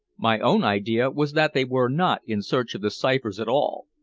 my own idea was that they were not in search of the ciphers at all,